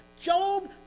Job